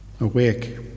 Awake